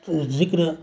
ذکر